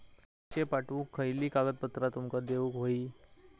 पैशे पाठवुक खयली कागदपत्रा तुमका देऊक व्हयी?